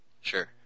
Sure